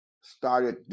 started